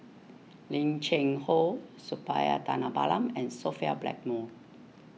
Lim Cheng Hoe Suppiah Dhanabalan and Sophia Blackmore